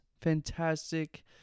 fantastic